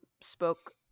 spoke